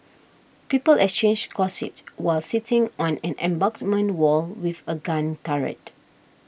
people exchanged gossip while sitting on an embankment wall with a gun turret